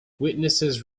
witnesses